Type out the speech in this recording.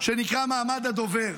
שנקרא מעמד הדובר.